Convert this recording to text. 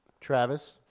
Travis